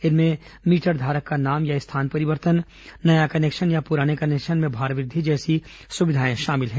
इनमें मीटर धारक का नाम या स्थान परिवर्तन नया कनेक्शन या पुराने कनेक्शन में भार वृद्धि जैसी सुविधाएं शामिल हैं